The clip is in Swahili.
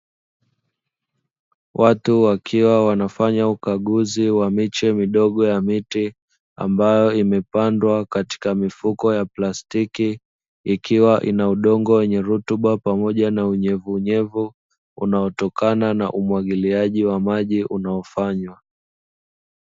Watu wakiwa wanafanya ukaguzi wa miche midogo ya miti, ambayo imepandwa katika mifuko ya plastiki. Ikiwa ina udongo wenye rutuba pamoja na unyevunyevu, unaotokana na umwagiliaji wa maji unaofanywa.